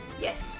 Yes